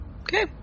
okay